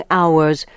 hours